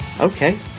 Okay